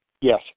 yes